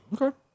Okay